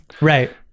Right